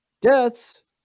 Deaths